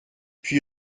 puis